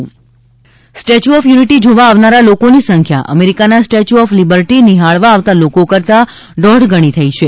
stay ચ્યુ of unity statue of unity જોવા આવનારા લોકોની સંખ્યા અમેરિકાના સ્ટેચ્યુ ઓફ લિબર્ટી નિહાળવા આવતાં લોકો કરતાં દોઢ ગણી થઇ છે